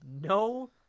no